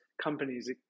companies